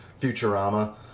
Futurama